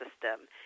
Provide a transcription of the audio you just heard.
system